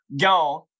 gone